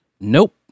Nope